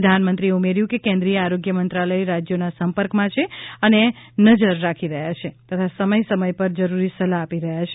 પ્રધાનમંત્રીએ ઉમેર્યું કે કેન્દ્રીય આરોગ્ય મંત્રાલય રાજ્યોના સંપર્કમાં છે અને નજર રાખી રહ્યા છે તથા સમય સમય પર જરૂરી સલાહ આપી રહ્યા છે